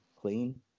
clean